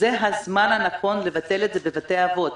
זה הזמן הנכון לבטל את זה בבתי אבות.